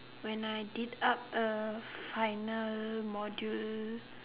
when I did up a final module